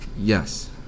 Yes